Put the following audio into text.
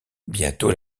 bientôt